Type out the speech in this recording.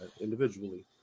individually